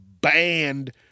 banned